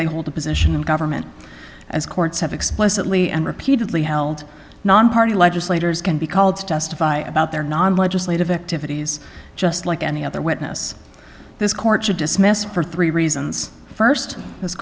they hold the position of government as courts have explicitly and repeatedly held nonparty legislators can be called to testify about their non legislative activities just like any other witness this court should dismiss for three reasons first